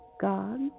God